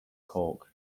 cork